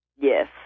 Yes